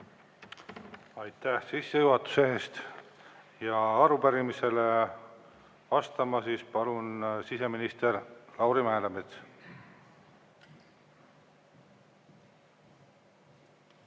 Aitäh sissejuhatuse eest! Arupärimisele vastama palun siseminister Lauri Läänemetsa.